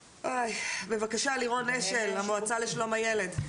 בבקשה לירון אשל, המועצה לשלום הילד.